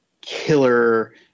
killer